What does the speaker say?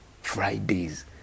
Fridays